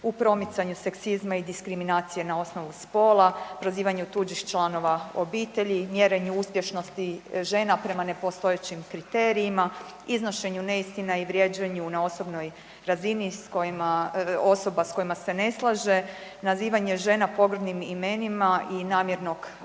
u promicanju seksizma i diskriminacije na osnovu spola, prozivanju tuđih članova obitelji, mjerenju uspješnosti žena prema nepostojećim kriterijima, iznošenju neistina i vrijeđanju na osobnoj razini osoba s kojima se ne slaže, nazivanje žena pogrdnim imenima i namjernog